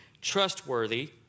trustworthy